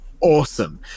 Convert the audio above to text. awesome